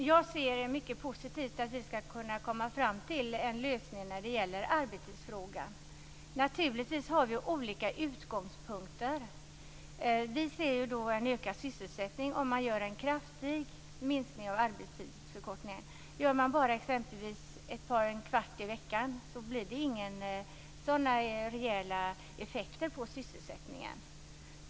Herr talman! Jag ser mycket positivt på våra möjligheter att komma fram till en lösning när det gäller arbetstidsfrågan. Naturligtvis har vi olika utgångspunkter. Vi i Miljöpartiet ser en ökad sysselsättning om man gör en kraftig minskning av arbetstiden. Tar man bara exempelvis en kvart i veckan blir det inga sådana rejäla effekter på sysselsättningen.